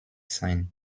sein